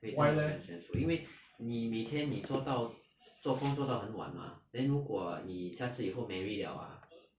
会真的很 stressful 因为你每天你做到做工作到很晚 mah then 如果你下次以后你 marry liao ah